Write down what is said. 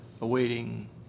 awaiting